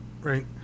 right